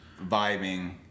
vibing